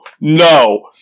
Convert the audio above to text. no